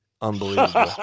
Unbelievable